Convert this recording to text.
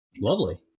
Lovely